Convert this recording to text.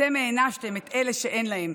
אתם הענשתם את אלה שאין להם,